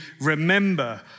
remember